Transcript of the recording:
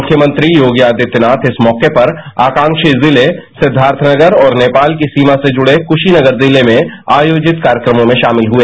मुख्यमंत्री योगी आदित्यनाथ इस मौके पर आकांकी जिले सिद्धार्थनगर और नेपाल की सीमा से जुड़े क्शीनगर जिले में आयोजित कार्यक्रमों में शामिल हुए